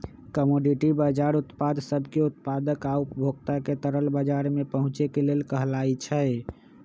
commodity बजार उत्पाद सब के उत्पादक आ उपभोक्ता के तरल बजार में पहुचे के लेल कहलाई छई